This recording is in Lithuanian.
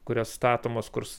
kurios statomos kurs